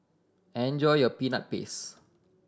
enjoy your Peanut Paste